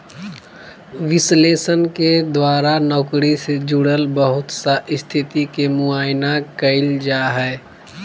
विश्लेषण के द्वारा नौकरी से जुड़ल बहुत सा स्थिति के मुआयना कइल जा हइ